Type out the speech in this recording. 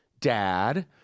dad